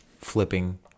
flipping